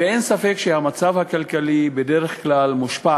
אין ספק שהמצב הכלכלי בדרך כלל מושפע